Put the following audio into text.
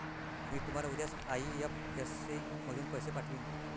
मी तुम्हाला उद्याच आई.एफ.एस.सी मधून पैसे पाठवीन